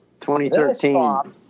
2013